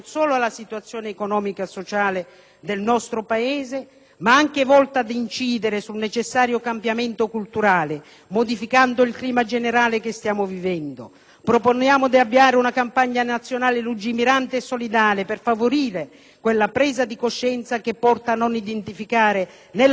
del nostro Paese, ma anche volte ad incidere sul necessario cambiamento culturale, modificando il clima generale che stiamo vivendo; proponiamo di avviare una campagna nazionale lungimirante e solidale per favorire quella presa di coscienza che porta a non identificare nella disgrazia altrui la soluzione della propria;